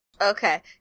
Okay